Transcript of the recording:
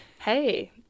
hey